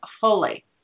fully